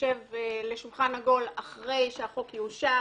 נשב לשולחן עגול אחרי שהחוק יאושר,